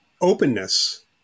openness